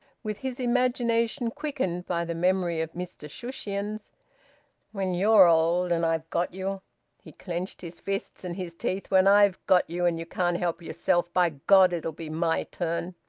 with his imagination quickened by the memory of mr shushions when you're old, and i've got you he clenched his fists and his teeth when i've got you and you can't help yourself, by god it'll be my turn!